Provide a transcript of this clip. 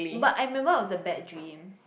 but I remember it was a bad dream